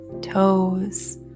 toes